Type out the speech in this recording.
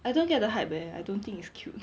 I don't get the hype eh I don't think is cute